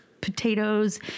potatoes